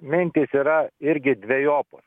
mintys yra irgi dvejopos